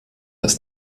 des